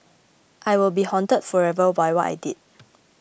I will be haunted forever by what I did